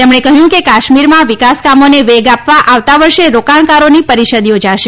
તેમણે કહ્યું કે કાશ્મીરમાં વિકાસ કામોને વેગ આપવા આવતા વર્ષે રોકાણકારોની પરિષદ યોજાશે